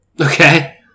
Okay